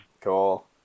Cool